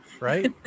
right